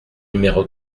numéro